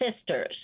sisters